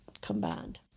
combined